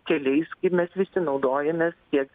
keliais tai mes visi naudojamės tiek